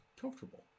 comfortable